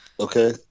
Okay